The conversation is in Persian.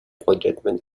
قدرتمند